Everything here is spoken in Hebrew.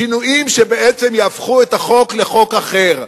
שינויים שבעצם יהפכו את החוק לחוק אחר.